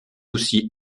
aussi